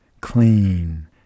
Clean